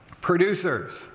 producers